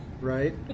right